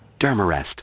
DermaRest